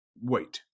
Wait